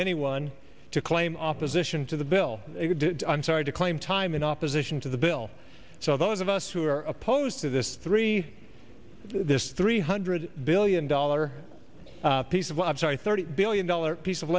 anyone to claim opposition to the bill i'm sorry to claim time in opposition to the bill so those of us who are opposed to this three this three hundred billion dollar piece of well i'm sorry thirty billion dollars piece of